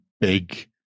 big